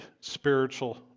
spiritual